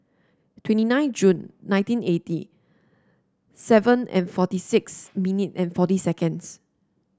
twenty nine June nineteen eighty seven and forty six minute and forty seconds